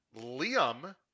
Liam